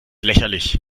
lächerlich